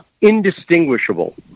indistinguishable